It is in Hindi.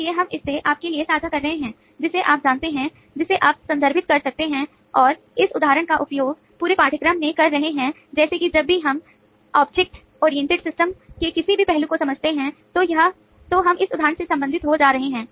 इसलिए हम इसे आपके लिए साझा कर रहे हैं जिसे आप जानते हैं जिसे आप संदर्भित कर सकते हैं और हम इस उदाहरण का उपयोग पूरे पाठ्यक्रम में कर रहे हैं जैसे कि जब भी हम ऑब्जेक्ट ओरिएंटेड सिस्टम के किसी भी पहलू को समझते हैं तो हम इस उदाहरण से संबंधित होने जा रहे हैं